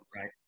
Right